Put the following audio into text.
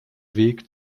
weg